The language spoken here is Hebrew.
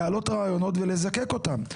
להעלות רעיונות ולזקק אותם.